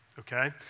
Okay